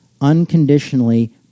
unconditionally